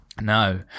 No